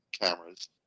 cameras